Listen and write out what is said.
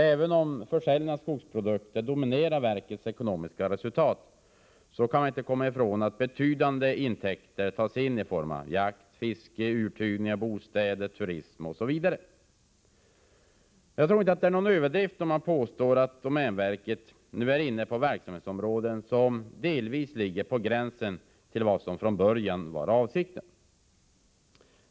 Även om försäljningen av skogsprodukter dominerar verkets ekonomiska resultat, kan man inte komma ifrån att betydande intäkter tas in på jakt, fiske, uthyrning av bostäder, turism osv. Jag tror inte att det är någon överdrift att påstå att domänverket nu är inne på verksamhetsområden som delvis ligger på gränsen till vad som från början var avsikten.